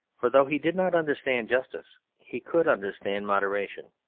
for though he did not understand justice, he could understand moderation.